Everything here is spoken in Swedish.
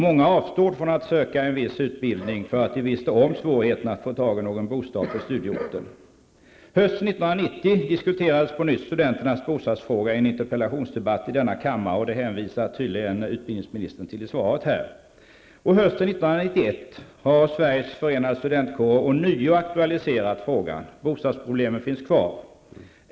Många avstod från att söka en viss utbildning för att de visste om svårigheterna att få tag i någon bostad på studieorten. Hösten 1990 diskuterades på nytt studenternas bostadsfråga i en interpellationsdebatt i denna kammare, vilket utbildningsministern tydligen hänvisar till i svaret. Hösten 1991 har Sveriges Förenade studentkårer ånyo aktualiserat frågan; bostadsproblemen finns kvar.